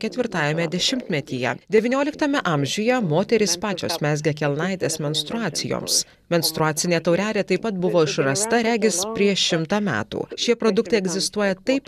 ketvirtajame dešimtmetyje devynioliktame amžiuje moterys pačios mezgė kelnaites menstruacijoms menstruacinė taurelė taip pat buvo išrasta regis prieš šimtą metų šie produktai egzistuoja taip